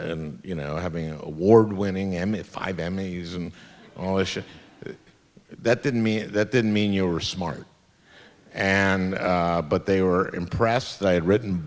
and you know having an award winning emmitt five emmys and all the shit that didn't mean that didn't mean you were smart and but they were impressed that i had written